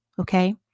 Okay